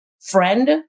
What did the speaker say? friend